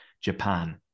Japan